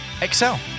excel